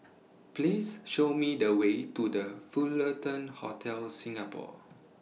Please Show Me The Way to The Fullerton Hotel Singapore